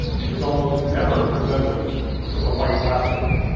and is almost never presented with a white lab coat.